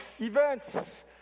events